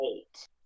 eight